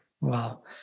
Wow